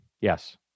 Yes